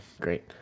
great